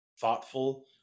thoughtful